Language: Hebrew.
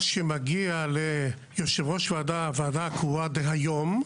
שמגיע ליושב ראש הוועדה הקרואה דה היום,